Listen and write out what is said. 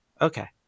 Okay